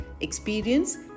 experience